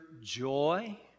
joy